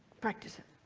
practice it.